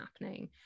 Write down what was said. happening